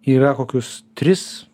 yra kokius tris